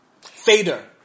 Fader